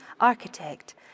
architect